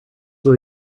will